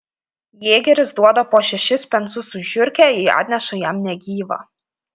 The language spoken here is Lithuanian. jėgeris duoda po šešis pensus už žiurkę jei atneša jam negyvą